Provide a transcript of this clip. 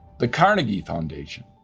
the carnegie foundation,